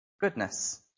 goodness